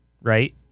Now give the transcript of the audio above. right